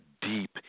deep